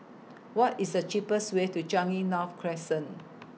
What IS The cheapest Way to Changi North Crescent